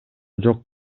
жок